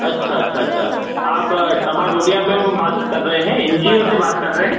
अच्छा अच्छा अच्छा आप टमा डोडिया मैम बात कर रहे हैं एनजीओ से बात कर रहे हैं